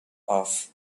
off